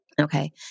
okay